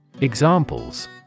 Examples